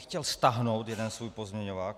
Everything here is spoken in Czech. Chtěl bych stáhnout jeden svůj pozměňovák.